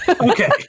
Okay